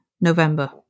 November